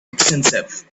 extensive